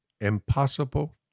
Impossible